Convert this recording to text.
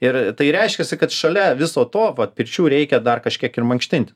ir tai reiškiasi kad šalia viso to vat pirčių reikia dar kažkiek ir mankštint